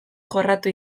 jorratu